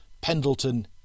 Pendleton